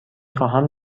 خواهم